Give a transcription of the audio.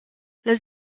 las